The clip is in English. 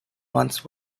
once